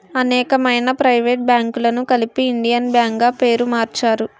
అనేకమైన ప్రైవేట్ బ్యాంకులను కలిపి ఇండియన్ బ్యాంక్ గా పేరు మార్చారు